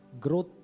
growth